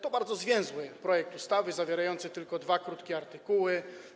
To bardzo zwięzły projekt ustawy, zawierający tylko dwa krótkie artykuły.